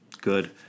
good